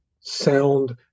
sound